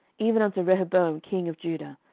even unto rehoboam king of judah,